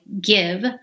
give